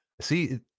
See